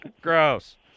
Gross